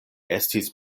estis